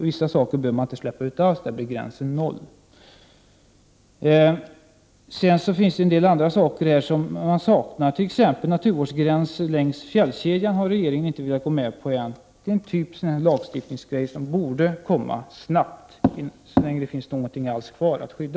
Vissa saker bör man inte alls få släppa ut; där blir gränsen noll. Det är en del annat som saknas också. Exempelvis har regeringen inte velat gå med på någon naturvårdsgräns längs fjällkedjan ännu. Det är en typ av lagstiftning som borde komma snabbt, medan det finns någonting alls kvar där att skydda.